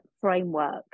framework